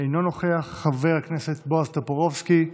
אינו נוכח, חבר הכנסת בועז טופורובסקי,